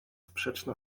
sprzeczna